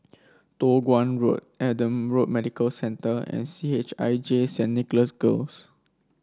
Toh Guan Road Adam Road Medical Centre and C H I J Saint Nicholas Girls